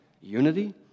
Unity